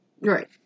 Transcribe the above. Right